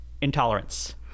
intolerance